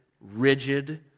rigid